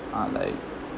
uh like